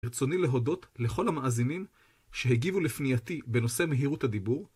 ברצוני להודות לכל המאזינים שהגיבו לפנייתי בנושא מהירות הדיבור.